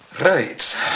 Right